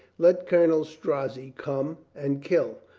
let colonel strozzi come and kill.